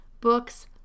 Books